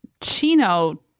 Chino